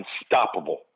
unstoppable